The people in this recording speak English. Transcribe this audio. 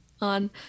on